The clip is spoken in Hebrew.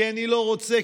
כי אני לא רוצה,